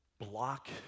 block